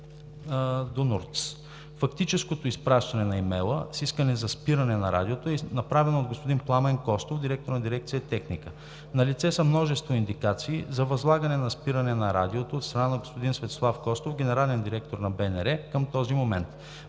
НУРТС. Фактическото изпращане на имейла с искане за спиране на Радиото е направено от господин Пламен Костов, директор на дирекция „Техника“. Налице са множество индикации за възлагане на спиране на Радиото от страна на господин Светослав Костов, генерален директор на Българското